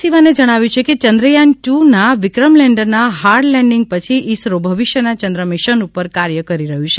સિવાને જણાવ્યું છે કેચંદ્રયાન ટુ ના વિક્રમ લેન્ડરના હાર્ડ લેન્ડીંગ પછી ઇસરો ભવિષ્યના ચંદ્ર મિશન ઉપર કાર્ય કરી રહ્યું છે